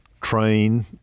Train